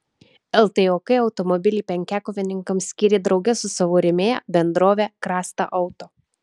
ltok automobilį penkiakovininkams skyrė drauge su savo rėmėja bendrove krasta auto